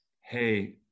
hey